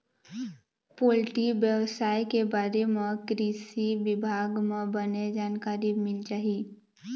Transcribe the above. poultry बेवसाय के बारे म कृषि बिभाग म बने जानकारी मिल जाही